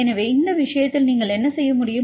எனவே இந்த விஷயத்தில் நீங்கள் என்ன செய்ய முடியும்